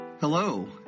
Hello